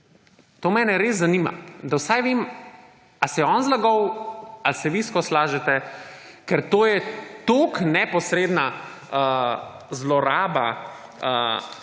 To mene res zanima, da vsaj vem: ali se je on zlagal ali se vi vseskozi lažete. Ker to je toliko neposredna zloraba